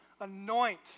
anoint